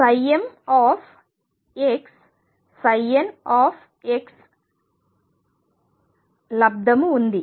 mxn లబ్దము ఉంది